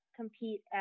compete